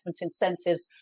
incentives